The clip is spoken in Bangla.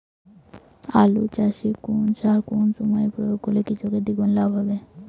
আলু চাষে কোন সার কোন সময়ে প্রয়োগ করলে কৃষকের দ্বিগুণ লাভ হবে?